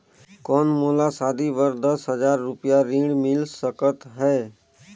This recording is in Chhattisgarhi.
कौन मोला शादी बर दस हजार रुपिया ऋण मिल सकत है?